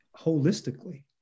holistically